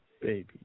baby